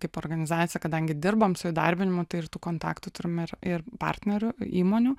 kaip organizacija kadangi dirbam su įdarbinimu tai ir tų kontaktų turime ir ir partnerių įmonių